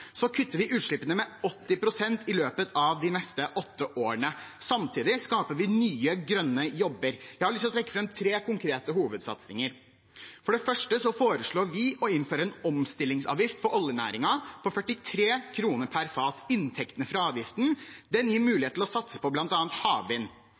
kutter vi utslippene med 80 pst. i løpet av de neste åtte årene. Samtidig skaper vi nye grønne jobber. Jeg har lyst til å trekke fram tre konkrete hovedsatsinger. For det første foreslår vi å innføre en omstillingsavgift for oljenæringen på 43 kr per fat. Inntektene fra avgiften gir